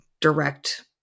direct